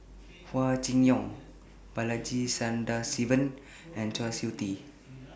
Hua Chai Yong Balaji Sadasivan and Kwa Siew Tee